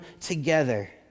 together